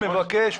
מבקש,